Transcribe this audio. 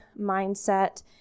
mindset